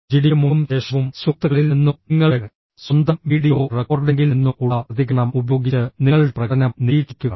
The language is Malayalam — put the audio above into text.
ജിഡിക്ക് മുമ്പും ശേഷവും സുഹൃത്തുക്കളിൽ നിന്നോ നിങ്ങളുടെ സ്വന്തം വീഡിയോ റെക്കോർഡിംഗിൽ നിന്നോ ഉള്ള പ്രതികരണം ഉപയോഗിച്ച് നിങ്ങളുടെ പ്രകടനം നിരീക്ഷിക്കുക